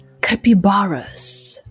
capybaras